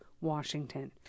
Washington